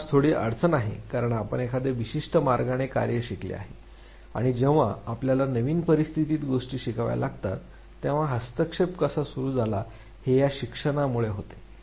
आपणास मोठी अडचण आहे कारण आपण एखाद्या विशिष्ट मार्गाने कार्य शिकले आहे आणि जेव्हा आपल्याला नवीन परिस्थितीत गोष्टी शिकाव्या लागतात तेव्हा हस्तक्षेप कसा सुरू झाला हे या शिक्षणामुळे होते